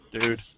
dude